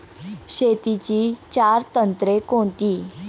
शेतीची चार तंत्रे कोणती?